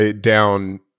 down